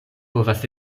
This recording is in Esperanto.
povas